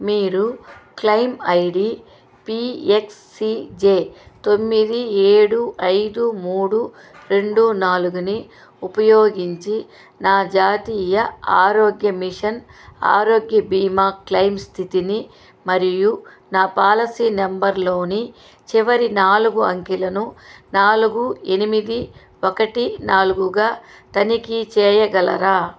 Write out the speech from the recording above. మీరు claim I D P X C J తొమ్మిది ఏడు ఐదు మూడు రెండు నాలుగుని ఉపయోగించి నా జాతీయ ఆరోగ్య మిషన్ ఆరోగ్య బీమా క్లెయిమ్ స్థితిని మరియు నా పాలసీ నెంబర్లోని చివరి నాలుగు అంకెలను నాలుగు ఎనిమిది ఒకటి నాలుగుగా తనిఖీ చేయగలరా